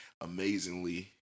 amazingly